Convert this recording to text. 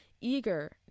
eager